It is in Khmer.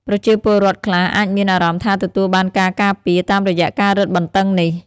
ប្រជាពលរដ្ឋខ្លះអាចមានអារម្មណ៍ថាទទួលបានការការពារ តាមរយៈការរឹងបន្ដឹងនេះ។